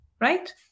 right